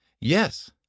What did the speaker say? Yes